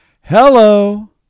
Hello